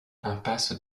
impasse